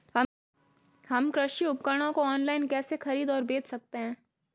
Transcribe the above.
हम कृषि उपकरणों को ऑनलाइन कैसे खरीद और बेच सकते हैं?